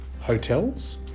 Hotels